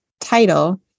title